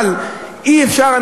אבל אי-אפשר.